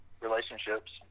relationships